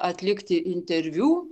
atlikti interviu